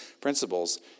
principles